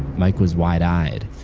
mike was wide-eyed.